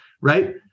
right